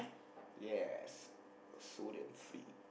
yes sodium free